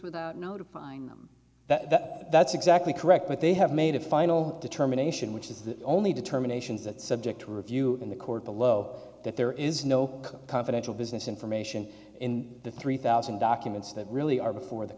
with notifying them that that's exactly correct but they have made a final determination which is the only determination that subject to review in the court below that there is no confidential business information in the three thousand documents that really are before the